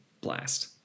blast